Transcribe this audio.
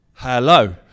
hello